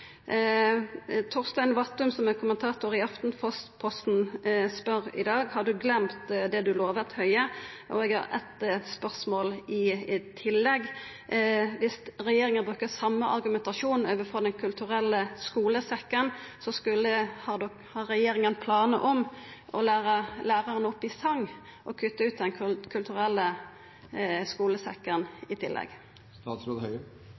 er kommentator i Aftenposten, spør i dag: «Har du glemt det du lovet, Høie?» Eg har eit spørsmål i tillegg: Om regjeringa bruker den same argumentasjonen om Den kulturelle skulesekken, har regjeringa planar om å læra opp lærarane i song og også kutta ut Den kulturelle